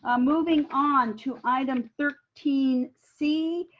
ah moving on to item thirteen c,